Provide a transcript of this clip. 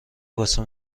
واسه